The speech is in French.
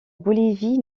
bolivie